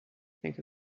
think